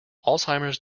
alzheimer’s